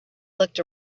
looked